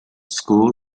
school